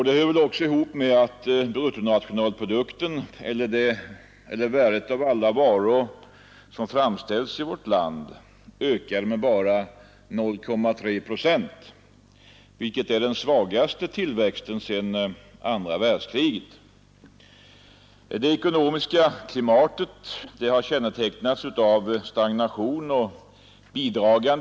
Det hörde bl.a. ihop med att bruttonationalprodukten, eller värdet av alla varor som framställs och tjänster som utförs i vårt land, ökade med endast 0,3 procent, vilket är den svagaste tillväxten sedan andra världskriget. Det ekonomiska klimatet har kännetecknats av stagnation.